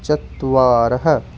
चत्वारः